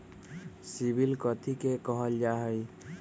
CIBIL कथि के काहल जा लई?